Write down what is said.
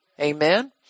amen